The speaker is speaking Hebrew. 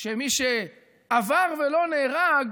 שמי שעבר ולא נהרג,